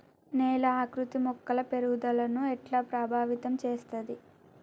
నేల ఆకృతి మొక్కల పెరుగుదలను ఎట్లా ప్రభావితం చేస్తది?